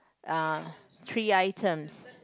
uh three items